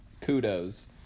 kudos